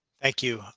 thank you.